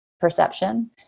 perception